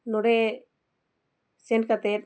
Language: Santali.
ᱱᱚᱸᱰᱮ ᱥᱮᱱ ᱠᱟᱛᱮᱫ